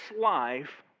life